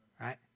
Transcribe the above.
Right